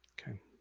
Okay